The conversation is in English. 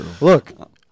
Look